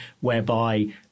whereby